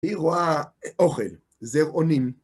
היא רואה אוכל, זרעונים.